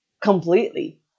completely